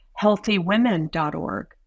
Healthywomen.org